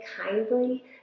kindly